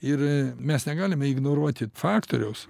ir mes negalim ignoruoti faktoriaus